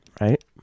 Right